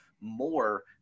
more